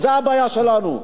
זו הבעיה שלנו.